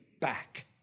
back